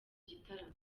gitaramo